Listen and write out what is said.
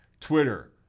Twitter